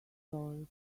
dollars